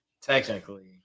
Technically